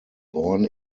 born